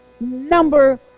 number